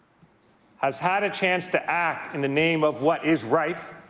has had a chance to act in the name of what is right,